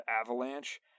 Avalanche